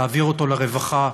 תעביר אותו לרווחה,